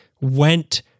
went